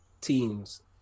teams